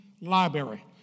library